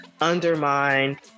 undermine